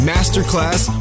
Masterclass